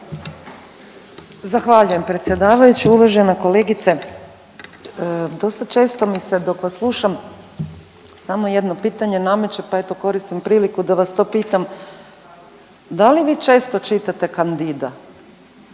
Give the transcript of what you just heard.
Zahvaljujem predsjedavajući. Uvažena kolegice dosta često mi se dok vas slušam samo jedno pitanje nameće pa eto koristim priliku da vas to pitam. Da li vi često čitate Candide-a